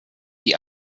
die